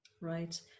Right